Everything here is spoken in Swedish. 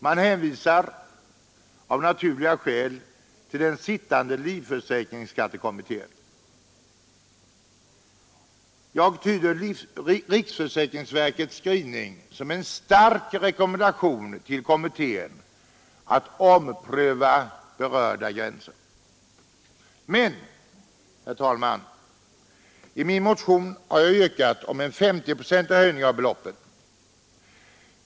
Man hänvisar av naturliga skäl till den sittande livförsäkringsskattekommittén, och jag tyder riksförsäkringsverkets skrivning som en stark rekommendation till kommittén att ompröva berörda gränser. Men, herr talman, i min motion har jag yrkat på en S0-procentig höjning av beloppen.